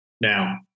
Now